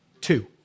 two